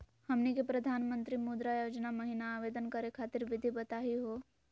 हमनी के प्रधानमंत्री मुद्रा योजना महिना आवेदन करे खातीर विधि बताही हो?